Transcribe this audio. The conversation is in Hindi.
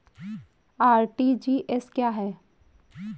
आर.टी.जी.एस क्या है?